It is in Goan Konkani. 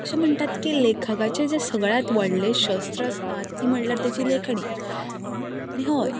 अशें म्हणटात की लेखकाचें जें सगळ्यात व्हडलें शस्त्र आसता ती म्हळ्ळ्यार तेजी लेखणी आणी हय